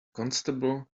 constable